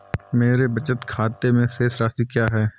मेरे बचत खाते में शेष राशि क्या है?